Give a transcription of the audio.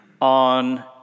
on